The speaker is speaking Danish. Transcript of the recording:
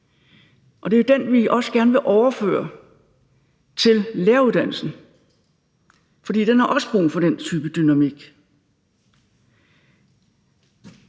og det er den, vi også gerne vil overføre til læreruddannelsen, fordi den også har brug for den type dynamik.